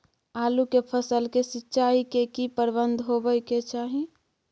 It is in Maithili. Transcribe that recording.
आलू के फसल के सिंचाई के की प्रबंध होबय के चाही?